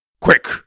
Quick